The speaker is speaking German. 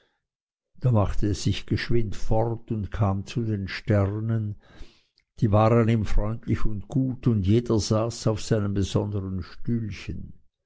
da machte es sich geschwind fort und kam zu den sternen die waren ihm freundlich und gut und jeder saß auf seinem besondern stühlchen